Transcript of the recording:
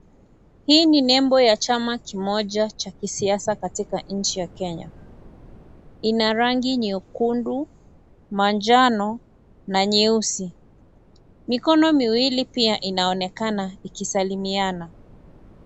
Hii ni nembo ya chama kimoja cha kisiasa katika nchi ya Kenya. Ina rangi nyekundu, manjano na Nyeusi. Mikono miwili pia inaonekana ikisalimiana.